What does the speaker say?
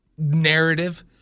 narrative